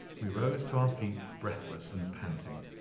we rose to our feet breathless and panting.